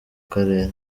karere